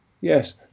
yes